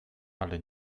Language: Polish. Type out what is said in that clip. ale